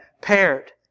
paired